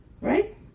right